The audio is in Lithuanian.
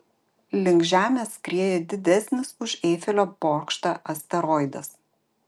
link žemės skrieja didesnis už eifelio bokštą asteroidas